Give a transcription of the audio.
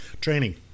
training